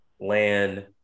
land